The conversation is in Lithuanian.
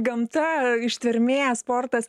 gamta ištvermė sportas